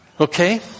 Okay